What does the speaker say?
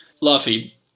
Luffy